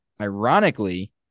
ironically